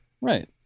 Right